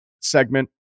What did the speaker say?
segment